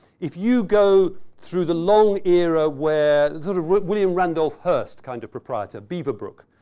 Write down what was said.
if you go through the long era where sort of william randolph hearst kind of proprietor, beaverbrook,